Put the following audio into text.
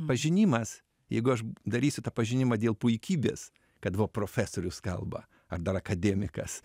pažinimas jeigu aš darysiu tą pažinimą dėl puikybės kad vo profesorius kalba ar dar akademikas